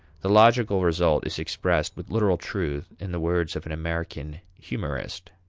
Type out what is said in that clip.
the logical result is expressed with literal truth in the words of an american humorist